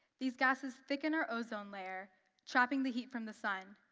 these gases thicken our ozone layer trapping the heat from the sun,